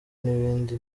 n’ibindi